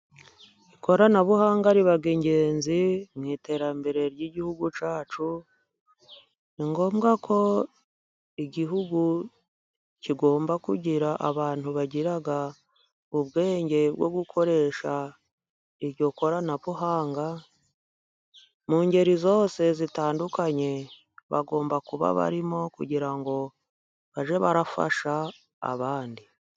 Ikoranabuhanga ni ingenzi mu iterambere ry'igihugu cyacu. Ni ngombwa ko igihugu kigomba kugira abantu bagira ubwinge bwo gukoresha iryo koranabuhanga mu ngeri zose zitandukanye bagomba kuba barimo kugira ngo bajye bafasha abandi.